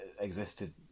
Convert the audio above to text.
existed